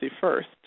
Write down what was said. first